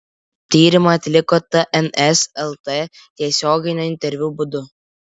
tyrimą atliko tns lt tiesioginio interviu būdu